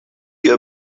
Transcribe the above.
you